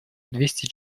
двести